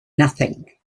nothing